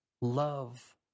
love